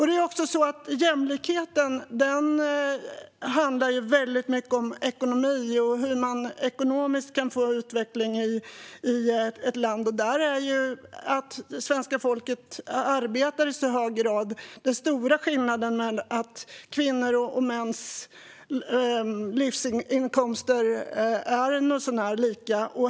Det är också så att jämlikhet väldigt mycket handlar om ekonomi och hur man ekonomiskt kan få utveckling i ett land. Där är det faktum att svenska folket arbetar i så hög grad den stora skillnaden, liksom att kvinnors och mäns livsinkomster är något så när lika.